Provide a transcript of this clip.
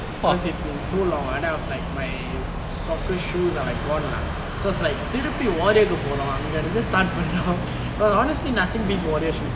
cause it's been so long err I was like my soccer shoes are like gone lah so it's like திருப்பியும்:thiruppiyum warrior கு போனோம் அங்கெருந்து:ku ponom anggerunthu start பண்ணணும்:pannanum honestly nothing beats warrior shoes lah